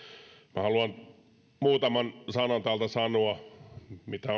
minä haluan muutaman sanan täältä sanoa mitä